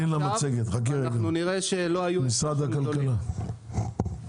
משרד הכלכלה בבקשה.